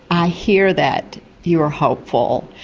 i hear that you are hopeful,